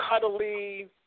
cuddly